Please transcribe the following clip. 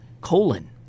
Colon